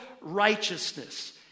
righteousness